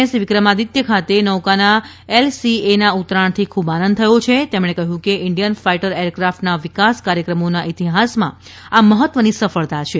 S Vikramaditya ખાતે નૌકાના એલસીએના ઉતરાણથી ખૂબ આંનદ થયો તેમણે કહ્યુ કે ઇન્ડિયન ફાઇટર એર ક્રાફ્ટના વિકાસ કાર્યકર્મોના ઇતિહાસમાં આ મહત્વની સફળતા છે